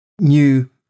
new